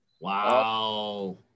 Wow